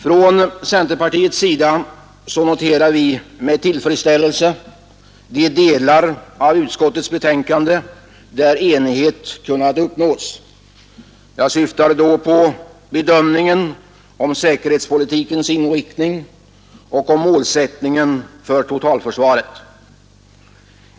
Från centerpartiets sida noterar vi med tillfredsställelse de delar av utskottets betänkande där enighet kunnat uppnås. Jag syftar då på bedömningen av säkerhetspolitikens inriktning och målsättningen för totalförsvaret.